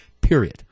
period